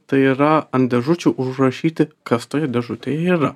tai yra ant dėžučių užrašyti kas toje dėžutėje yra